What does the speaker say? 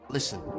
Listen